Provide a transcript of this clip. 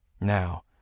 Now